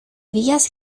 días